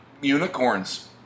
unicorns